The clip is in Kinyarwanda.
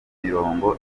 mirongo